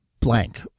Blank